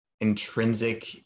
intrinsic